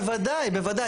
בוודאי, בוודאי.